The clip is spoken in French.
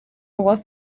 roi